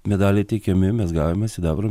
medaliai įteikiami mes gavome sidabro